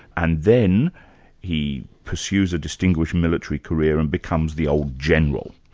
and then he pursues a distinguished military career and becomes the old general.